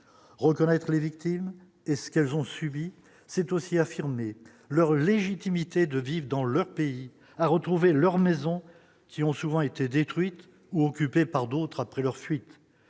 reconnaître les victimes et ce qu'elles ont subi, c'est aussi affirmer leur légitimité de vivre dans leur pays à retrouver leur maison qui ont souvent été détruites ou occupées par d'autres après leur fuite,